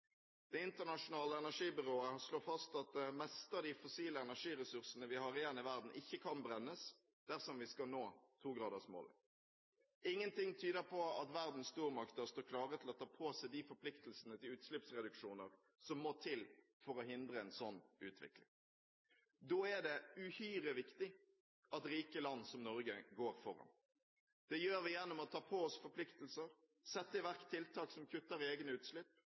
Det internasjonale energibyrået slår fast at det meste av de fossile energiressursene vi har igjen i verden, ikke kan brennes dersom vi skal nå togradersmålet. Ingenting tyder på at verdens stormakter står klare til å ta på seg de forpliktelsene til utslippsreduksjoner som må til for å hindre en sånn utvikling. Da er det uhyre viktig at rike land som Norge går foran. Det gjør vi gjennom å ta på oss forpliktelser, sette i verk tiltak som kutter i egne utslipp,